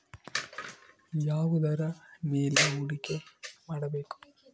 ಯಾವುದರ ಮೇಲೆ ಹೂಡಿಕೆ ಮಾಡಬೇಕು?